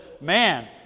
man